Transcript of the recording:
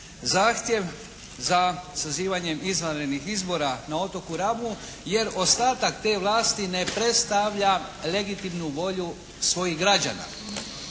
zahtjev za sazivanjem izvanrednih izbora na otoku Rabu jer ostatak te vlasti ne predstavlja legitimnu volju svojih građana.